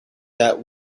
that